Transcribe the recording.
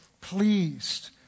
pleased